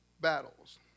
battles